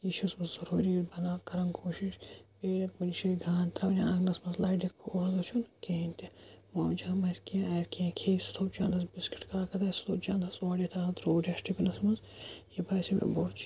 یہِ چھِ آسان ضروٗری بَنان کَران کوٗشِش بیٚیہِ یا کُنہِ جٲے گانٛد ترٛاوٕنۍ آنٛگنَس منٛز لَرِ کھووُر دٔچھُن کِہیٖنۍ تہِ مومجام آسہِ کینٛہہ آسہِ کینٛہہ کھیٚیہِ سُہ تھوٚو چَندَس بِسکیٖٹ کاکد آسہِ سُہ تھوٚو چَندَس اورٕ یِتھ آو ترٛوو ڈٮ۪سٹہٕ بِنَس منٛز یہِ باسے مےٚ بوٚڑ چی